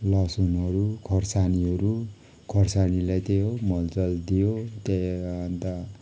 लसुनहरू खोर्सानीहरू खोर्सानीलाई त्यही हो मल जल दियो त्यही हो अन्त